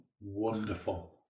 Wonderful